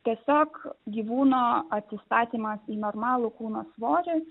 tiesiog gyvūno atsistatymas į normalų kūno svorį